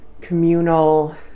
communal